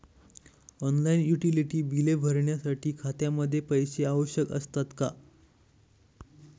Online utility बिले भरण्यासाठी खात्यामध्ये पैसे आवश्यक असतात का?